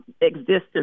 existence